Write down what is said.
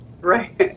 Right